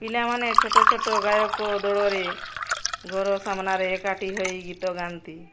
ପିଲାମାନେ ଛୋଟଛୋଟ ଗାୟକ ଦଳରେ ଘର ସାମ୍ନାରେ ଏକାଠି ହେଇ ଗୀତ ଗାଆନ୍ତି